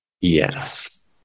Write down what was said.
Yes